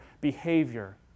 behavior